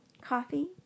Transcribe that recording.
Coffee